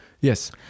Yes